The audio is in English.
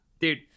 Dude